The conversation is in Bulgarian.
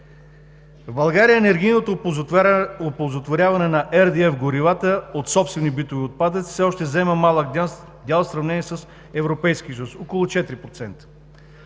В България енергийното оползотворяване на RDF горивата от собствени битови отпадъци все още заема малък дял в сравнение с Европейския съюз – около 4%.